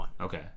okay